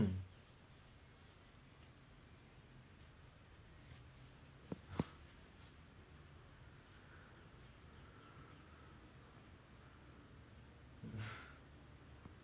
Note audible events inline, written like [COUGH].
then I will be playing with my badminton friends oh my god they are like so pro you know you know they just they smash the smash the shuttlecock like won't even see it flying you know just straight away [LAUGHS] and it's already like on the ground then you are like what